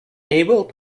able